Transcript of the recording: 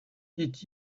dit